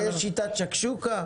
יש שיטת שקשוקה.